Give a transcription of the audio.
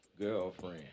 girlfriend